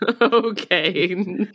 Okay